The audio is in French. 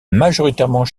majoritairement